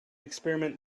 experiment